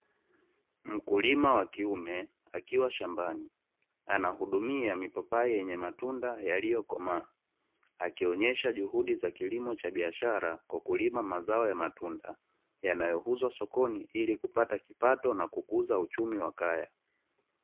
Mkulima wa kiume akiwa shambani anahudumia mipapai yenye matunda yaliyokomaa, akionyesha juhudi za kilimo cha biashara kwa kulima mazao ya matunda yanayouzwa sokoni ili kupata kipato na kukuza uchumi wa kaya.